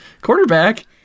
quarterback